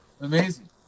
amazing